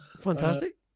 Fantastic